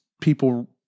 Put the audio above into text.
people